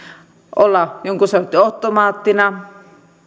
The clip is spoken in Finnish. olla jonkun sortin ottomaattina